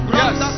yes